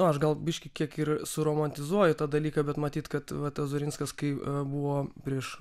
aš gal biškį kiek ir su romantizuoju tą dalyką bet matyt kad vat ozarinskas kai buvo prieš